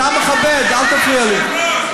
אתה מכבד, אל תפריע לי.